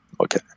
okay